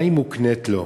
מה היא מקנה לו?